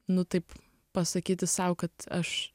nu taip pasakyti sau kad aš